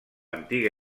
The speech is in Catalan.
antiga